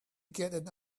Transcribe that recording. get